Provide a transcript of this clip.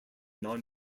non